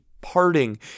parting